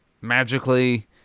magically